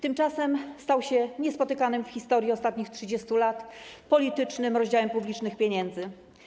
Tymczasem stał się niespotykanym w historii ostatnich 30 lat politycznym rozdziałem publicznych pieniędzy.